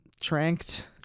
tranked